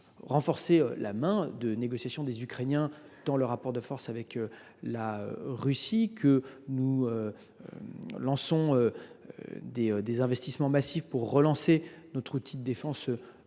renforcer la position de négociation des Ukrainiens dans le rapport de force avec la Russie, tout en réalisant des investissements massifs pour relancer notre outil de défense européen.